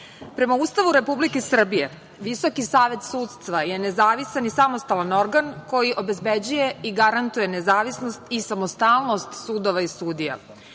Ustavu Republike Srbije, VSS je nezavistan i samostalan organ koji obezbeđuje i garantuje nezavisnost i samostalnost sudova i sudija.